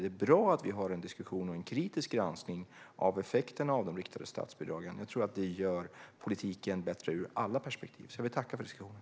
Det är bra att vi har en diskussion och en kritisk granskning av effekterna av de riktade statsbidragen. Jag tror att det gör politiken bättre ur alla perspektiv, så jag vill tacka för diskussionen.